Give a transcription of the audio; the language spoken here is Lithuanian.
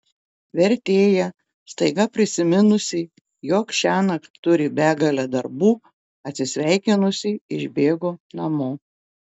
vertėja staiga prisiminusi jog šiąnakt turi begalę darbų atsisveikinusi išbėgo namo